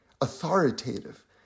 authoritative